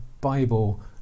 Bible